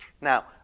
Now